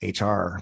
HR